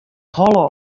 holle